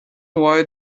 why